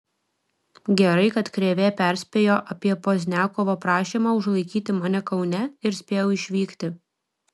gerai kad krėvė perspėjo apie pozniakovo prašymą užlaikyti mane kaune ir spėjau išvykti